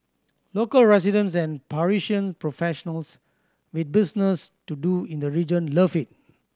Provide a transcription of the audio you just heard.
local residents and Parisian professionals with business to do in the region love it